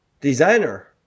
Designer